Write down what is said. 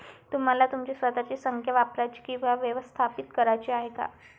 तुम्हाला तुमची स्वतःची संख्या वापरायची किंवा व्यवस्थापित करायची आहे का?